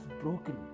broken